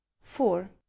four